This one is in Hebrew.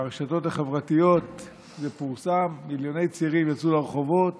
ברשתות החברתיות זה פורסם ומיליוני צעירים יצאו לרחובות